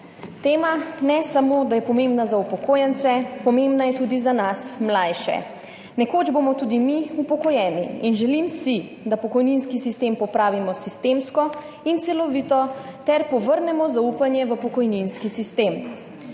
Tema ne samo, da je pomembna za upokojence, pomembna je tudi za nas mlajše. Nekoč bomo tudi mi upokojeni in želim si, da pokojninski sistem popravimo sistemsko in celovito ter povrnemo zaupanje 68.